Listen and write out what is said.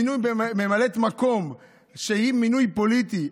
מינוי ממלאת מקום שהיא מינוי פוליטי,